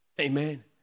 amen